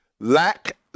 lack